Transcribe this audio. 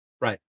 Right